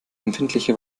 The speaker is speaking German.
empfindliche